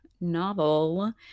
novel